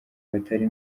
batari